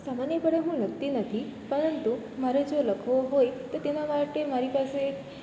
સામાન્યપણે હું લખતી નથી પરંતુ મારે જે લખવું હોય તો તેના માટે મારી પાસે